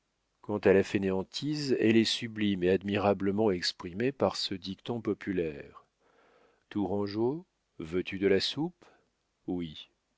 quant à la fainéantise elle est sublime et admirablement exprimée par ce dicton populaire tourangeau veux-tu de la soupe oui